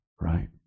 Right